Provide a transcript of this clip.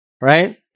Right